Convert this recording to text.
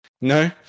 No